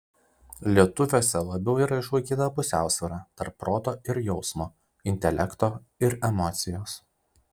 lietuviuose labiau yra išlaikyta pusiausvyra tarp proto ir jausmo intelekto ir emocijos